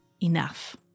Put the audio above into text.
enough